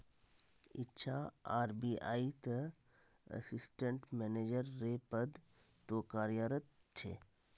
इच्छा आर.बी.आई त assistant manager रे पद तो कार्यरत छे